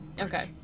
Okay